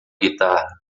guitarra